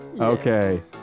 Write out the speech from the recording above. okay